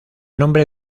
nombre